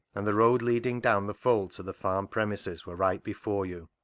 and the road leading down the fold to the farm premises were right before you,